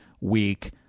week